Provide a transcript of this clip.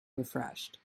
refreshed